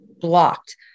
blocked